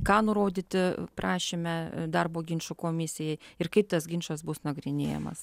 ką nurodyti prašyme darbo ginčų komisijai ir kaip tas ginčas bus nagrinėjamas